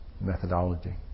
methodology